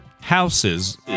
houses